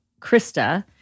Krista